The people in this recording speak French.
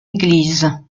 église